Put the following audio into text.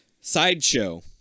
Sideshow